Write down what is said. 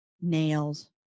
nails